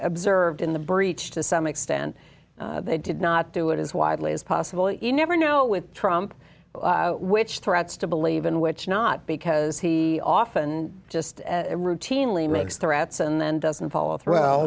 observed in the breach to some extent they did not do it as widely as possible you never know with trump which threats to believe in which not because he often just routinely makes threats and then doesn't follow thro